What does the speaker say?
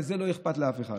ומזה לא אכפת לאף אחד.